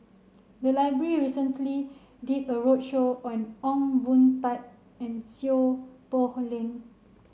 the library recently did a roadshow on Ong Boon Tat and Seow Poh Leng